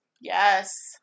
Yes